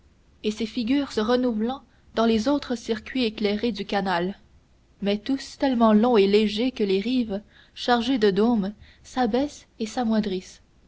et ces figures se renouvelant dans les autres circuits éclairés du canal mais tous tellement longs et légers que les rives chargées de dômes s'abaissent et